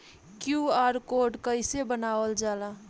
QR code कइसे बनवाल जाला?